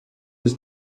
his